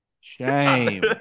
shame